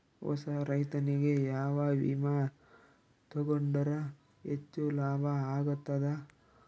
ಹೊಸಾ ರೈತನಿಗೆ ಯಾವ ವಿಮಾ ತೊಗೊಂಡರ ಹೆಚ್ಚು ಲಾಭ ಆಗತದ?